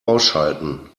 ausschalten